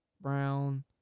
Brown